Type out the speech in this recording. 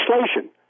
legislation